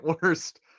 Worst